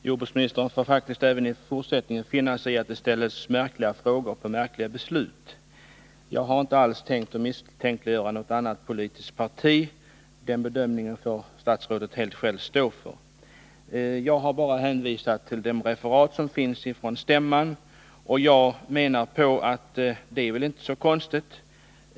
Herr talman! Jordbruksministern får faktiskt även i fortsättningen finna sig i att det ställs märkliga frågor om märkliga beslut. Jag har inte alls tänkt misstänkliggöra något politiskt parti. Den bedömningen får statsrådet stå helt själv för. Jag har bara hänvisat till de referat som finns från stämman.